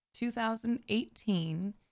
2018